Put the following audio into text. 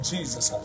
Jesus